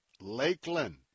Lakeland